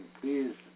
please